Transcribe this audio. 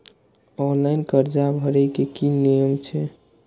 Online कर्जा भरे के नियम की छे?